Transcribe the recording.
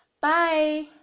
Bye